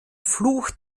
fluch